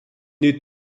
est